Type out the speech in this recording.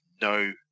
no